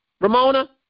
Ramona